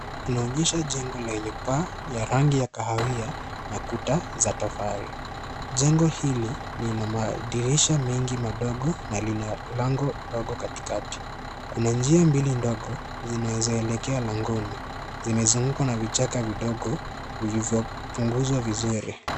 Inaonyesha jengo lenye paa ya rangi ya kahawia na kuta za tofali. Jengo hili lina madirisha mengi madogo na lina lango Kati kati. Kuna njia mbili ndogo zinaweza elekea langoni. Zimezungukwa na vijaka vidogo vilivyopunguzwa vizuri.